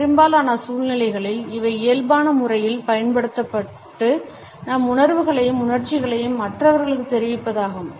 பெரும்பாலான சூழ்நிலைகளில் இவை இயல்பான முறையில் பயன்படுத்தப்பட்டு நம் உணர்வுகளையும் உணர்ச்சிகளையும் மற்றவர்களுக்குத் தெரிவிப்பதாகும்